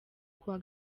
kuwa